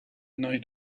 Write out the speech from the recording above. night